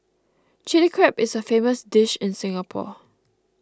Chilli Crab is a famous dish in Singapore